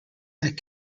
that